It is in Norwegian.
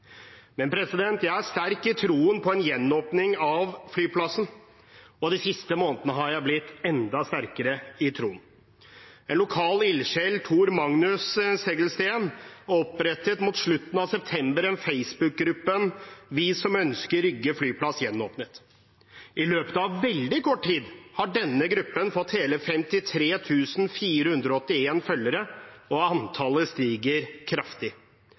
Jeg er sterk i troen på en gjenåpning av flyplassen, og de siste månedene har jeg blitt enda sterkere i troen. En lokal ildsjel, Tor-Magnus Seglsten, opprettet mot slutten av september Facebook-gruppen Vi som ønsker Rygge flyplass gjenåpnet. I løpet av veldig kort tid har denne gruppen fått hele 53 481 følgere, og antallet stiger kraftig.